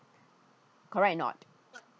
correct or not